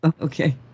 okay